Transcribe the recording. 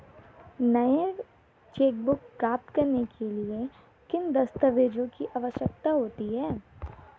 नई चेकबुक प्राप्त करने के लिए किन दस्तावेज़ों की आवश्यकता होती है?